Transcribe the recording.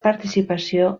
participació